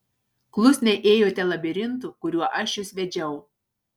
klusniai ėjote labirintu kuriuo aš jus vedžiau